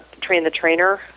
train-the-trainer